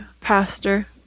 pastor